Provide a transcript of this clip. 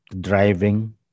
driving